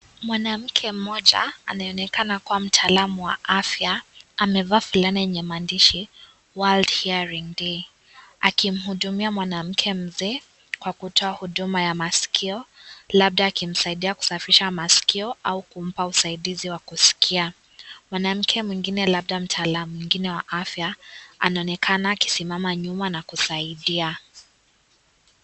Mwanamke mmoja anayeonekana kuwa mtaalam wa afya, amevaa fulana yenye maandishi, world hearing day . Akimhudumia mwanamke mzee kwa kutoa huduma ya masikio, labda akimsaidia kusafisha masikio au kumpa usaidizi wa kuskia. Mwanamke mwingine labda mtaalam mwingine wa afya, anaonekana akisimama nyuma na kusaidia.